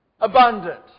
abundant